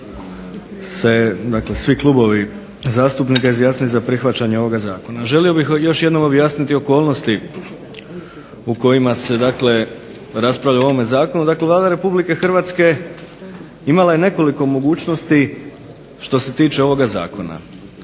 što su se svi klubovi zastupnika izjasnili za prihvaćanje ovoga zakona. Želio bih još jedanput objasniti okolnosti u kojima se raspravlja u ovom zakonu. Dakle, Vlada RH imala je nekoliko mogućnosti što se tiče ovog zakona.